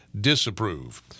disapprove